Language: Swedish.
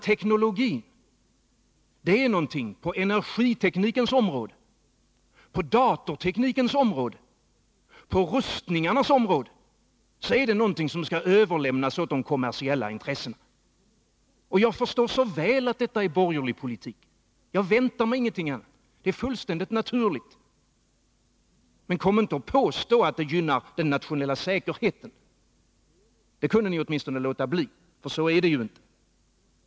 Teknologin är någonting som på energiteknikens område, på datorteknikens område och på upprustningens område skall överlämnas till de kommersiella intressena. Jag förstår så väl att detta är borgerlig politik. Jag väntar mig ingenting annat, och det är fullkomligt naturligt. Men kom inte och påstå att detta gynnar den nationella säkerheten! Åtminstone det kunde ni låta bli, för så är det ju inte.